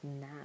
now